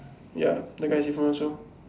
ya that guy is different also